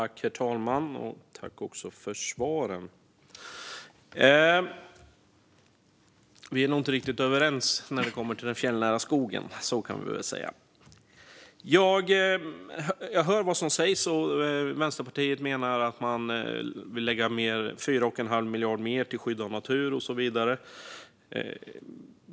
Herr talman! Jag tackar för svaren. Vi är nog inte riktigt överens när det kommer till den fjällnära skogen - så kan vi väl säga. Jag hör vad som sägs. Vänsterpartiet menar att man vill lägga 4 1⁄2 miljard mer till skydd av natur och så vidare.